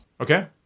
Okay